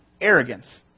Arrogance